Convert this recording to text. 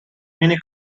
many